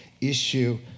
issue